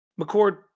McCord